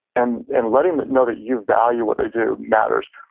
and and letting them know that you value what they do matters.